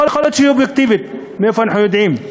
יכול להיות שהיא אובייקטיבית, מאיפה אנחנו יודעים?